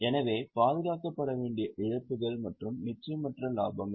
இது பாதுகாக்கப்பட வேண்டிய இழப்புகள் மற்றும் நிச்சயமற்ற லாபங்கள்